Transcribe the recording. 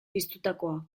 piztutakoa